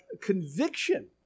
conviction